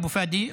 אבו פאדי,